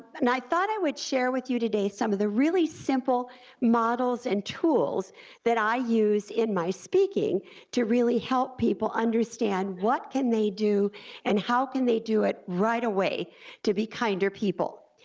but and i thought i would share with you today some of the really simple models and tools that i use in my speaking to really help people understand what can they do and how can they do it right away to be kinder people?